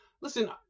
Listen